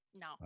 no